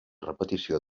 repetició